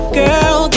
girl